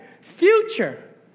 future